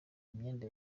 imyenda